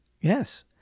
Yes